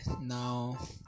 now